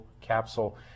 capsule